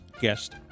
guest